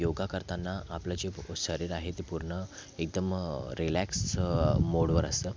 योगा करताना आपलं जे शरीर आहे ते पूर्ण एकदम रिलॅक्स मोडवर असतं